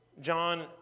John